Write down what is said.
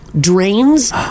drains